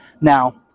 Now